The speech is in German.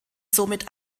somit